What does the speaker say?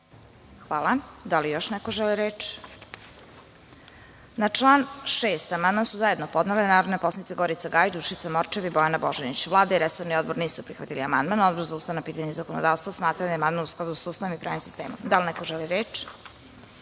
Kovač** Da li još neko želi reč? (Ne)Na član 6. amandman su zajedno podnele narodne poslanice Gorica Gajić, Dušica Morčev i Bojana Božanić. Vlada i resorni odbor nisu prihvatili amandman. Odbor za ustavna pitanja i zakonodavstvo smatra da je amandman u skladu sa Ustavom i pravnim sistemom. Da li neko želi reč?